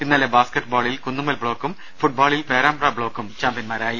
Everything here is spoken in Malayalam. ഇന്നലെ ബാസ്ക്കറ്റ് ബാളിൽ കുന്നുമ്മൽ ബ്ലോക്കും ഫുട്ബാളിൽ പേരാമ്പ്ര ബ്ലോക്കും ചാമ്പ്യൻമാരായി